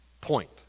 point